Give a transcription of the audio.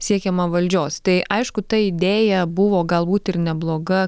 siekiama valdžios tai aišku ta idėja buvo galbūt ir nebloga